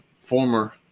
former